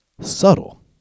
subtle